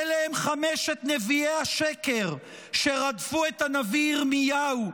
אלה הם חמשת נביאי השקר שרדפו את הנביא ירמיהו,